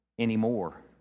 anymore